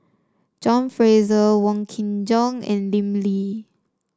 John Fraser Wong Kin Jong and Lim Lee